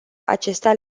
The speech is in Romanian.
acestea